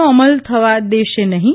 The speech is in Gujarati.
નો અમલ થવા દેશે નહીં